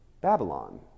Babylon